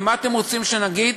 ומה אתם רוצים שנגיד?